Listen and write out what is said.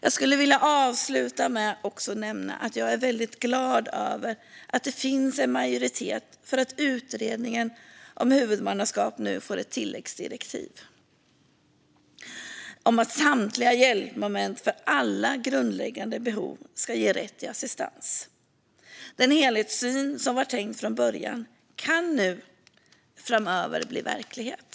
Jag vill avsluta med att nämna att jag är väldigt glad över att det finns en majoritet för att utredningen om huvudmannaskap nu får ett tilläggsdirektiv om att samtliga hjälpmoment för alla grundläggande behov ska ge rätt till assistans. Den helhetssyn som var tänkt från början kan nu framöver bli verklighet.